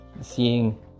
seeing